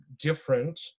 different